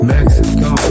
Mexico